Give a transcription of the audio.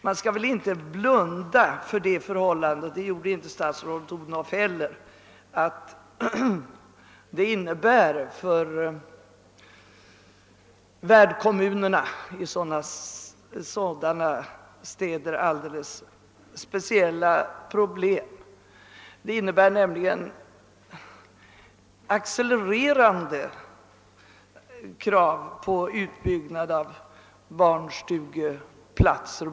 Man skall väl inte blunda för det förhållandet — det gjorde inte heller statsrådet Odhnoff — att sådana värdkommuner får speciella problem i form av acce lererande krav på utbyggnad av barnstugeplatser.